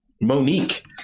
Monique